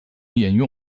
沿用